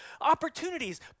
opportunities